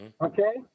okay